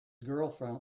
girlfriend